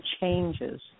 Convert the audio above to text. changes